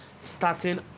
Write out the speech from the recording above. starting